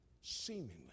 seemingly